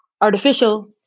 artificial